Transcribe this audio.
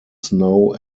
snow